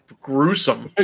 gruesome